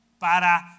Para